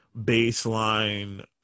baseline